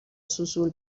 سوسول